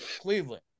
Cleveland